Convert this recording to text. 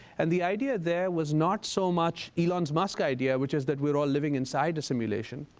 and the idea there was not so much elon musk's idea, which is that we're all living inside a simulation,